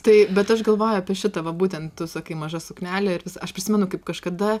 tai bet aš galvoju apie šitą va būtent tu sakai maža suknelė ir vis aš prisimenu kaip kažkada